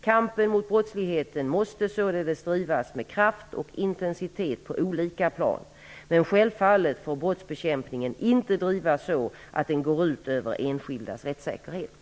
Kampen mot brottsligheten måste således drivas med kraft och intensitet på olika plan. Men självfallet får brottsbekämpningen inte drivas så att den går ut över enskildas rättssäkerhet.